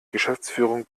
geschäftsführung